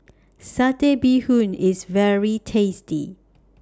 Satay Bee Hoon IS very tasty